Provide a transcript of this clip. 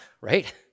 right